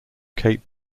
cape